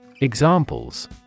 Examples